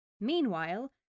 Meanwhile